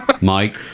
Mike